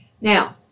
Now